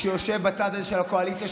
שיושב בצד הזה של הקואליציה,